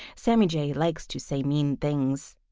sammy jay likes to say mean things.